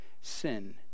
sin